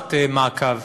תחת מעקב.